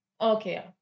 okay